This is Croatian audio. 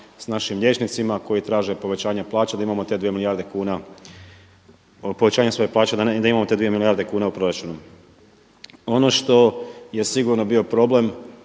te dvije milijarde kuna povećanja svoje plaće, da imamo te dvije milijarde kuna u proračunu. Ono što je sigurno bio problem,